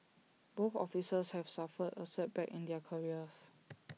both officers have suffered A setback in their careers